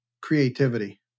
creativity